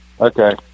Okay